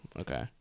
okay